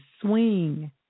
swing